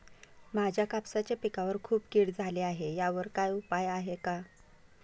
माझ्या कापसाच्या पिकावर खूप कीड झाली आहे यावर काय उपाय आहे का?